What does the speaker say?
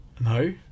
No